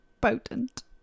potent